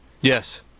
Yes